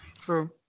True